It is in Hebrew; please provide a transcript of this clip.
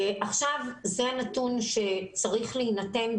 זה נתון שצריך להינתן.